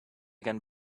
can